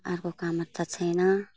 अर्को काम त छैन